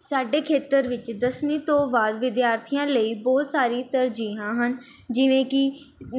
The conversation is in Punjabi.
ਸਾਡੇ ਖੇਤਰ ਵਿੱਚ ਦਸਵੀਂ ਤੋਂ ਬਾਅਦ ਵਿਦਿਆਰਥੀਆਂ ਲਈ ਬਹੁਤ ਸਾਰੀ ਤਰਜੀਹਾਂ ਹਨ ਜਿਵੇਂ ਕਿ